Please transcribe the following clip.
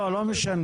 מבחינתנו לא.